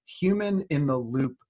human-in-the-loop